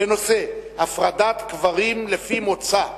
בנושא: הפרדת קברים לפי מוצא.